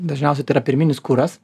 dažniausiai tai yra pirminis kuras